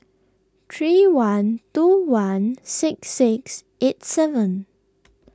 three one two one six six eight seven